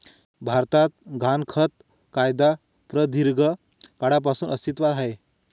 भारतात गहाणखत कायदा प्रदीर्घ काळापासून अस्तित्वात आहे